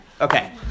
Okay